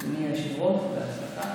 אדוני היושב-ראש, בהצלחה.